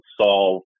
solve